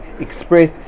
express